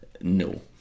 No